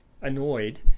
annoyed